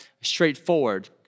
straightforward